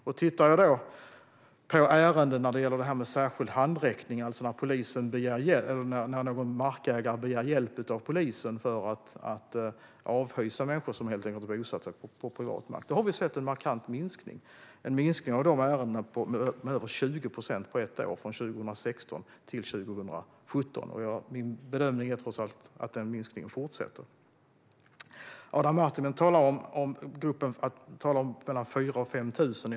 Om vi tittar på ärenden som gäller särskild handräckning, när någon markägare begär hjälp av polisen för att avhysa människor som har bosatt sig på privat mark, kan vi se en markant minskning med över 20 procent på ett år, från 2016 till 2017. Min bedömning är att den minskningen fortsätter. Adam Marttinen talar om en grupp på mellan 4 000 och 5 000.